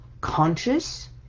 conscious